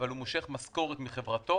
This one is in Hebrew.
אבל הוא מושך משכורת מחברתו.